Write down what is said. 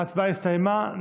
ההצבעה הסתיימה.